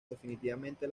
definitivamente